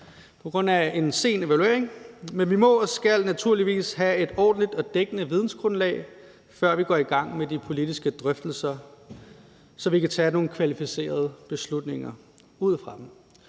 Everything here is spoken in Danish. på grund af en sen evaluering, men vi må og skal naturligvis have et ordentligt og dækkende vidensgrundlag, før vi går i gang med de politiske drøftelser, så vi kan tage nogle kvalificerede beslutninger ud fra dem.